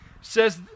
says